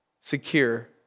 secure